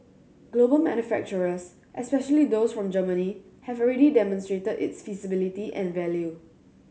global manufacturers especially those from Germany have already demonstrated its feasibility and value